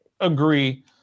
agree